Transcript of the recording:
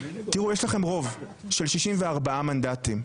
תראו, יש לכם רוב של 64 מנדטים.